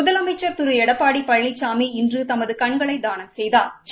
முதலமைச்சள் திரு எடப்பாடி பழனிசாமி இன்று தமது கண்களை தானம் செய்தாா்